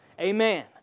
Amen